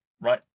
Right